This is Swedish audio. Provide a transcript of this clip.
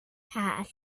här